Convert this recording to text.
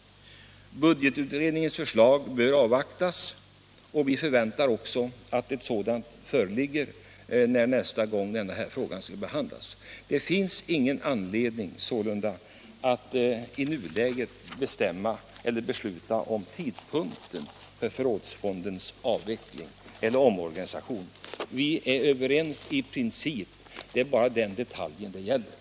Budgetutredningens förslag bör avvaktas, och vi förväntar också att det föreligger när denna fråga behandlas nästa gång. Det finns sålunda ingen anledning att i nuläget besluta om tidpunkten för förrådsfondens avveckling eller omorganisation. Det är bara den detaljen det gäller. Vi är överens i princip.